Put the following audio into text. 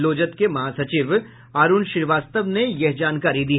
लोजद के महासचिव अरुण श्रीवास्तव ने यह जानकरी दी